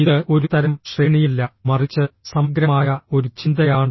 ഇത് ഒരു തരം ശ്രേണിയല്ല മറിച്ച് സമഗ്രമായ ഒരു ചിന്തയാണ്